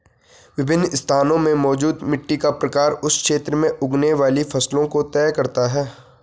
विभिन्न स्थानों में मौजूद मिट्टी का प्रकार उस क्षेत्र में उगने वाली फसलों को तय करता है